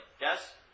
Yes